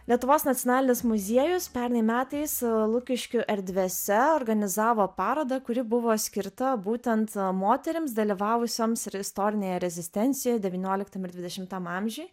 lietuvos nacionalinis muziejus pernai metais lukiškių erdvėse organizavo parodą kuri buvo skirta būtent moterims dalyvavusioms ir istorinėje rezistencijoje devynioliktam ir dvidešimtam amžiuj